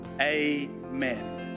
Amen